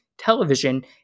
Television